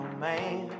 man